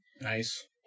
nice